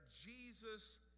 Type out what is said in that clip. Jesus